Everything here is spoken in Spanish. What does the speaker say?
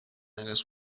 hagas